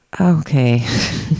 okay